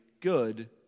good